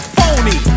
Phony